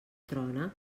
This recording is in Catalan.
trona